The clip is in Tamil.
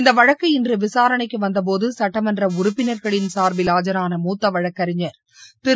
இந்த வழக்கு இன்று விசாரணைக்கு வந்தபோது சுட்டமன்ற உறுப்பினர்களின் சார்பில் ஆஜரான மூத்த வழக்கறிஞர் திரு